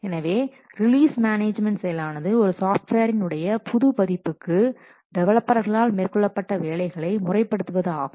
எனவே release management செயலானது ஒரு சாஃப்ட்வேரின் உடைய புது பதிப்புக்கு டெவலப்பர்களால் மேற்கொள்ளப்பட்ட வேலைகளை முறைப்படுத்துவது ஆகும்